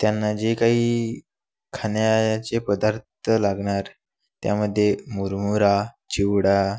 त्यांना जे काही खाण्याचे पदार्थ लागणार त्यामध्ये मुरमुरा चिवडा